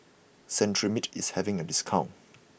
Cetrimide is having a discount